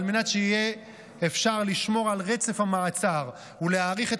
על מנת שיהיה אפשר לשמור על רצף המעצר ולהאריך את